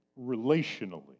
relationally